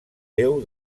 déu